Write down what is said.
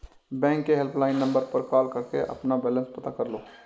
bank के helpline number पर call करके अपना बैलेंस पता कर लो